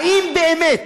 האם באמת